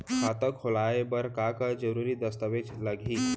खाता खोलवाय बर का का जरूरी दस्तावेज लागही?